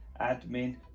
admin